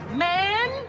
man